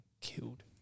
killed